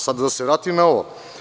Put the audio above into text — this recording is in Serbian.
Sada da se vratim ona ovo.